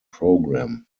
program